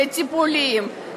לטיפולים,